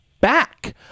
back